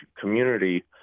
community